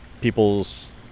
people's